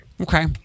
Okay